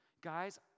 guys